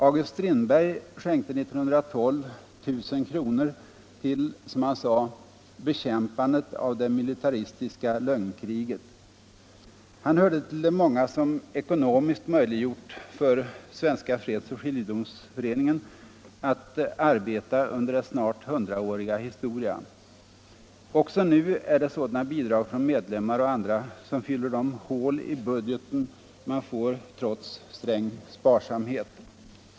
August Strindberg skänkte 1912 1 000 kr. ”till bekämpandet av det militaristiska lögnkriget”. Han hörde till de många som ekonomiskt möjliggjort Svenska fredsoch skiljedomsföreningens arbete under dess snart hundraåriga historia. Också nu är det sådana bidrag från medlemmar och andra som fyller de hål i budgeten man får trots sträng sparsamhet.